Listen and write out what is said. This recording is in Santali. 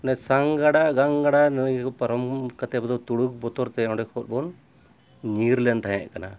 ᱢᱟᱱᱮ ᱥᱟᱝ ᱜᱟᱰᱟ ᱜᱟᱝ ᱜᱟᱰᱟ ᱱᱟᱹᱭ ᱯᱟᱨᱚᱢ ᱠᱟᱛᱮ ᱟᱵᱚᱫᱚ ᱛᱩᱲᱩᱠ ᱵᱚᱛᱚᱨᱛᱮ ᱚᱸᱰᱮ ᱠᱷᱚᱱᱵᱚᱱ ᱧᱤᱨ ᱞᱮᱱ ᱛᱟᱦᱮᱸ ᱠᱟᱱᱟ